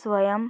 ಸ್ವಯಂ